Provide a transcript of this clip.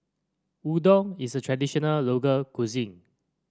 udon is a traditional local cuisine